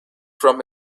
from